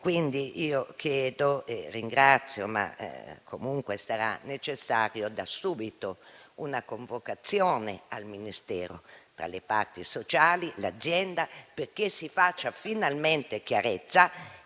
ringrazio per la risposta, ma sarà comunque necessaria da subito una convocazione al Ministero tra le parti sociali e l'azienda, perché si faccia finalmente chiarezza